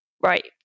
right